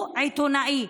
הוא עיתונאי,